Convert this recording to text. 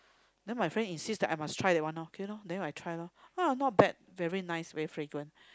then my friend insists that I must try that one lor K lor then I try lor !wah! not bad very nice very fragrant